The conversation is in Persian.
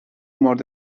مورد